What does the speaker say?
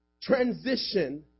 Transition